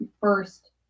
first